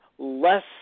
Less